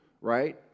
right